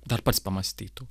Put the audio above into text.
dar pats pamąstytų